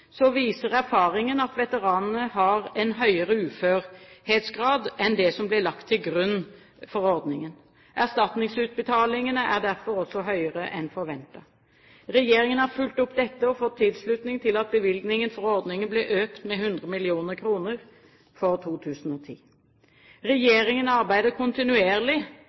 viser erfaringen at veteranene har en høyere uførhetsgrad enn det som ble lagt til grunn for ordningen. Erstatningsutbetalingene er derfor også høyere enn forventet. Regjeringen har fulgt opp dette og fått tilslutning til at bevilgningen for ordningen ble økt med 100 mill. kr for 2010. Regjeringen arbeider kontinuerlig